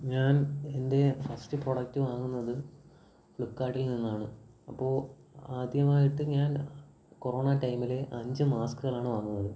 ഞാന് എന്റെ first product വാങ്ങുന്നത് ഫ്ലിപ്പ്കാര്ട്ടില് നിന്നാണ് അപ്പോള് ആദ്യമായിട്ട് ഞാന് കൊറോണ ടൈമില് അഞ്ച് മാസ്കുകളാണ് വാങ്ങുന്നത്